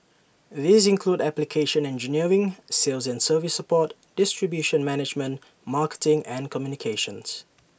these include application engineering sales and service support distribution management marketing and communications